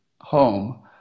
home